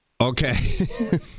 Okay